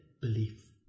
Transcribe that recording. belief